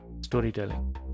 storytelling